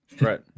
Right